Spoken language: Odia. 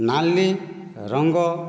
ନାଲି ରଙ୍ଗ